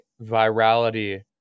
virality